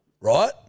right